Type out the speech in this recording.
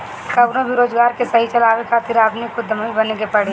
कवनो भी रोजगार के सही चलावे खातिर आदमी के उद्यमी बने के पड़ी